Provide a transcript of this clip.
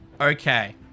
Okay